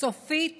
סופית